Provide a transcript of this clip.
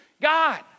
God